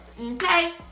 Okay